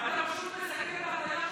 אתה פשוט מסכן בהטעיה שלך,